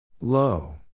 Low